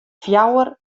fjouwer